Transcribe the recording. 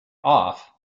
off